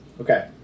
Okay